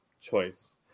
choice